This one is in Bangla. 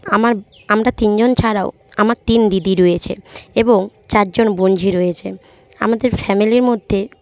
আমার আমরা তিনজন ছাড়াও আমার তিন দিদি রয়েছে এবং চারজন বোনঝি রয়েছে আমাদের ফ্যামিলির মধ্যে